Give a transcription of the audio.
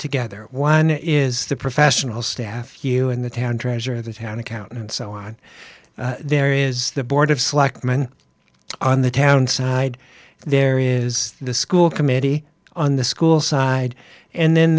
together one is the professional staff here in the town treasurer the town accountant and so on there is the board of selectmen on the town side there is the school committee on the school side and then